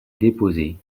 déposés